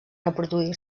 reproduir